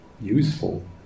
useful